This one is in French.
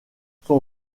son